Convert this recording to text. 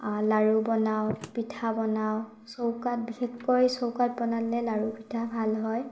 লাড়ু বনাওঁ পিঠা বনাওঁ চৌকাত বিশেষকৈ চৌকাত বনালে লাড়ু পিঠা ভাল হয়